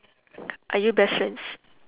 are you best friends